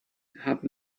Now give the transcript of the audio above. have